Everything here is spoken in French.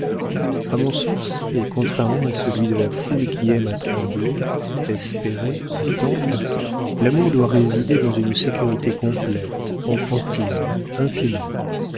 a mon sens et contrairement à celui de la foule qui aime à trembler espérer attendre l'amour doit résider dans une sécurité complète enfantine infinie